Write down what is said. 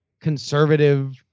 conservative